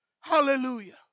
Hallelujah